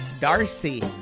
Darcy